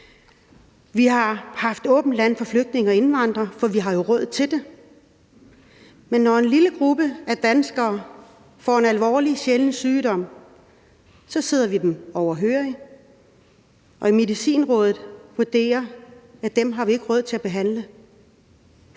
Vi har åbnet landet for flygtninge og indvandrere, for vi har jo råd til det, men når en lille gruppe af danskere får en alvorlig, sjælden sygdom, så sidder vi dem overhørig, og i Medicinrådet vurderer man, at dem har vi ikke råd til at behandle.